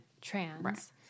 trans